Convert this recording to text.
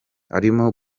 arimo